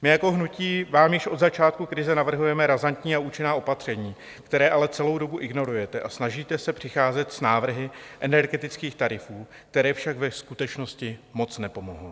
My jako hnutí vám již od začátku krize navrhujeme razantní a účinná opatření, která ale celou dobu ignorujete, a snažíte se přicházet s návrhy energetických tarifů, které však ve skutečnosti moc nepomohou.